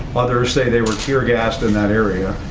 others say they were tear-gassed in that area.